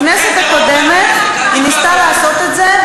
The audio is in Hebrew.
בכנסת הקודמת היא ניסתה לעשות את זה.